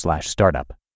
startup